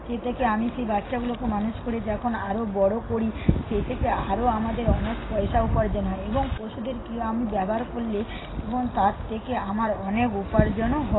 সেই থেকে আমি সেই বাচ্চাগুলোকে মানুষ করে যখন আরও বড়ো করি সেই থেকে আরও আমাদের অনেক পয়সা উপার্জন হয় এবং পশুদেরকে আমি ব্যবহার করলে এবং তার থেকে আমার অনেক উপার্জনও হয়